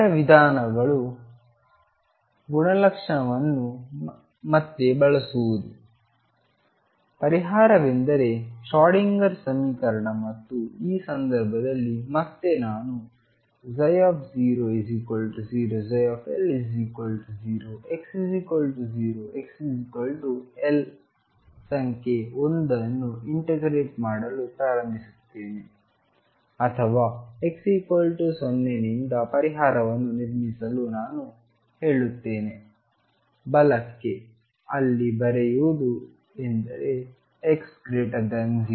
ಇತರ ವಿಧಾನವು ಗುಣಲಕ್ಷಣವನ್ನು ಯನ್ನು ಮತ್ತೆ ಬಳಸುವುದು ಪರಿಹಾರವೆಂದರೆ ಶ್ರೋಡಿಂಗರ್ ಸಮೀಕರಣ ಮತ್ತು ಈ ಸಂದರ್ಭದಲ್ಲಿ ಮತ್ತೆ ನಾನು 00 L0 x0 xLಸಂಖ್ಯೆ 1 ಅನ್ನು ಇಂಟಗ್ರೇಟ್ ಮಾಡಲು ಪ್ರಾರಂಭಿಸುತ್ತೇನೆ ಅಥವಾ x 0 ನಿಂದ ಪರಿಹಾರವನ್ನು ನಿರ್ಮಿಸಲು ನಾನು ಹೇಳುತ್ತೇನೆ ಬಲಕ್ಕೆ ಅಲ್ಲಿ ಬರೆಯುವುದು ಎಂದರೆ x 0